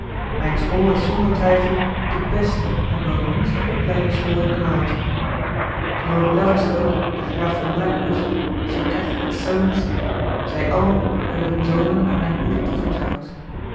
mijn school is zonder twijfel de beste en beroemdste opleidingsschool in engeland lord leverstoke de graaf van blackwater sir cathcart soames zij allen hebben hun zonen aan mijn hoede toevertrouwd